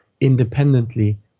independently